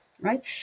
right